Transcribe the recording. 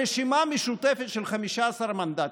רשימה משותפת של 15 מנדטים,